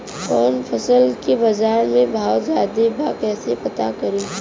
कवना फसल के बाजार में भाव ज्यादा बा कैसे पता करि?